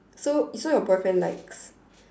so so your boyfriend likes